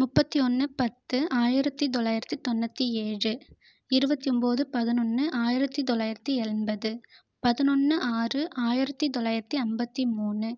முப்பத்தி ஒன்று பத்து ஆயிரத்தி தொளாயிரத்தி தொண்ணூற்றி ஏழு இருபத்தி ஒன்போது பதினொன்று ஆயிரத்தி தொளாயிரத்தி எண்பது பதினொன்னு ஆறு ஆயிரத்தி தொளாயிரத்தி ஐம்பத்தி மூன்று